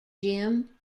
jim